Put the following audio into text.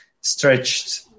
stretched